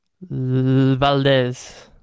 Valdez